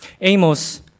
Amos